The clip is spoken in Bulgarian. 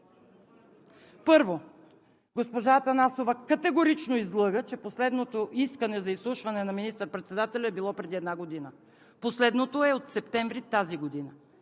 Първо, госпожа Атанасова категорично излъга, че последното искане за изслушване на министър-председателя е било преди една година. Последното е от септември тази година.